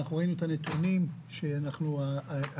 ראינו את הנתונים של הצמיחה